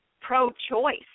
pro-choice